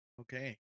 okay